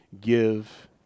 give